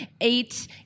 eight